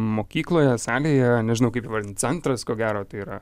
mokykloje salėje nežinau kaip įvardint centras ko gero tai yra